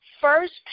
first